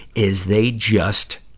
is they just,